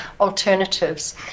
alternatives